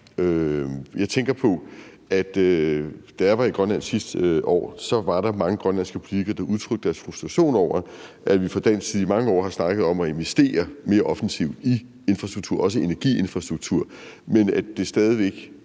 Jeg tænker på, at da jeg var i Grønland sidste år, var der mange grønlandske politikere, der udtrykte deres frustration over, at vi fra dansk side i mange år har snakket om at investere mere offensivt i infrastruktur, også i energiinfrastruktur, men at det stadig væk